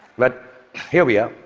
but here we are.